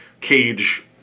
cage